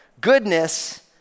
Goodness